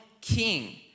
king